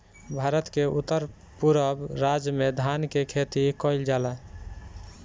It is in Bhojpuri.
भारत के उत्तर पूरब राज में धान के खेती कईल जाला